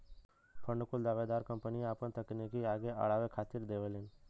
fund कुल दावेदार कंपनियन आपन तकनीक आगे अड़ावे खातिर देवलीन